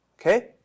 Okay